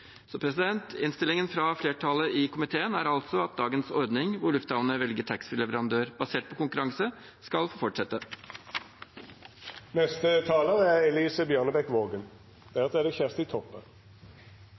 Så innstillingen fra flertallet i komiteen er altså at dagens ordning, hvor lufthavnene velger taxfree-leverandør basert på konkurranse, skal få